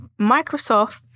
Microsoft